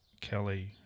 Kelly